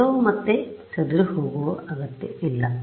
ಎಲ್ಲವೂ ಮತ್ತೆ ಚದುರಿಹೋಗುವ ಅಗತ್ಯವಿಲ್ಲ